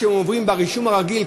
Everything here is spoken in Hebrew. עם מה שהם עוברים ברישום הרגיל,